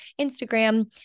Instagram